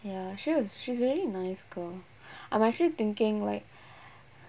ya she was she's a really nice girl I'm actually thinking like